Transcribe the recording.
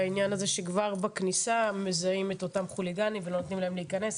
העניין הזה שכבר בכניסה מזהים את אותם חוליגנים ולא נותנים להם להיכנס.